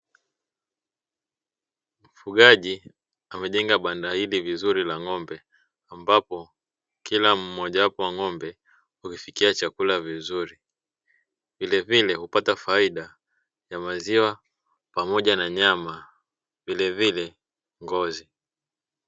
Mufugaji amejenga banda hili vizuri la ng'ombe, ambapo kila mmojawapo wa ng'ombe ukifikia chakula vizuri vilevile hupata faida ya maziwa pamoja na nyama vilevile ngozi.